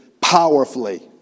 powerfully